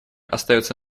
остается